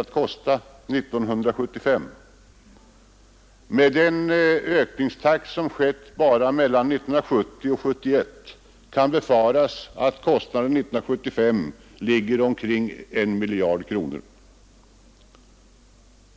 att kosta år 1975? Med den utveckling som har skett bara mellan 1970 och 1971 kan det befaras att kostnaden år 1975 kommer att ligga omkring 1 miljard kronor.